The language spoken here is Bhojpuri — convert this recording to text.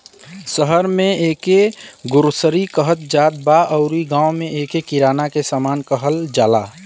शहर में एके ग्रोसरी कहत जात बा अउरी गांव में एके किराना के सामान कहल जाला